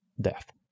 death